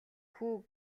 хүү